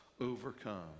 overcome